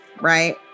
Right